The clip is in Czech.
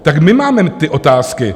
Tak my máme ty otázky.